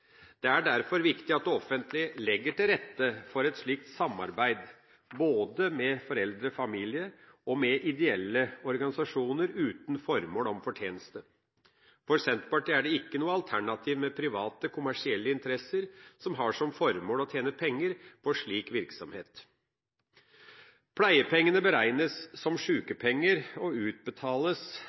Det er derfor viktig at det offentlige legger til rette for et slikt samarbeid, både med foreldre/familier og med ideelle organisasjoner uten fortjeneste som formål. For Senterpartiet er det ikke noe alternativ med private, kommersielle interesser som har som formål å tjene penger på slik virksomhet. Pleiepengene beregnes som sjukepenger og utbetales